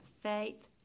faith